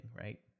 right